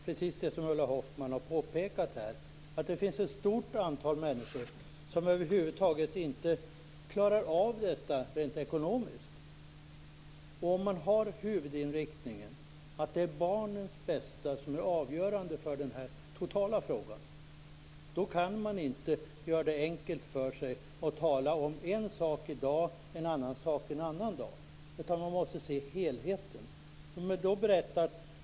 Precis som Ulla Hoffmann har konstaterat finns det dessutom ett stort antal människor som över huvud taget inte klarar av detta rent ekonomiskt. Om man har som huvudinriktning att det är barnens bästa som är avgörande totalt sett, kan man inte göra det enkelt för sig och tala om en sak i dag och en annan sak en annan dag, utan man måste se helheten.